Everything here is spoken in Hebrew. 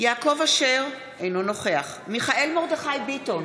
יעקב אשר, אינו נוכח מיכאל מרדכי ביטון,